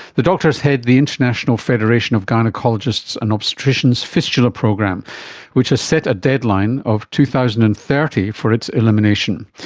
the doctors head the international federation of gynaecologists and obstetricians fistula program which has set a deadline of two thousand and thirty four for its elimination.